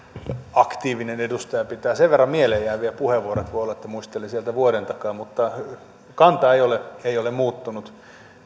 aktiivinen edustaja ja pitää sen verran mieleenjääviä puheenvuoroja että voi olla että muistelin sieltä vuoden takaa mutta kanta ei ole ei ole muuttunut